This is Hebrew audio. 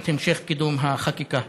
את המשך קידום החקיקה.